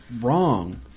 wrong